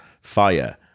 fire